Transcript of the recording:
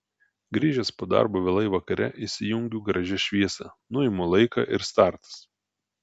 grįžęs po darbo vėlai vakare įsijungiu garaže šviesą nuimu laiką ir startas